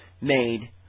made